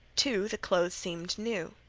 too, the clothes seemed new.